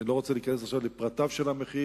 אני לא רוצה להיכנס לפרטיו של המחיר,